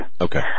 Okay